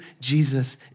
Jesus